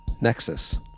Nexus